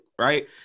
Right